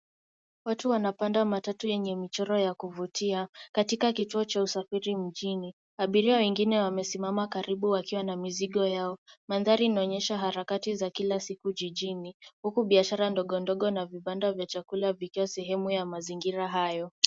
Watu wanapanda matatu yenye michoro ya kuvutia, katika kituo cha usafiri mjini. Abiria wengine wamesimama karibu wakiwa na mizigo yao. Mandhari inaonyesha harakati za kila siku jijini, huku biashara ndogondogo na vibanda vya chakula vikiwa sehemu ya mazingira hayo.